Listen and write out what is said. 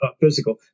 physical